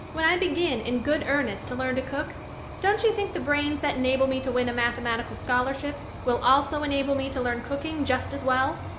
when i begin in good earnest to learn to cook don't you think the brains that enable me to win a mathematical scholarship will also enable me to learn cooking just as well?